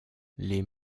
les